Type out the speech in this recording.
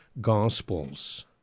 Gospels